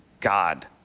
God